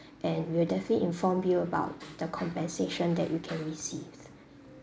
and we'll definitely inform you about the compensation that you can receive